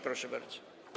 Proszę bardzo.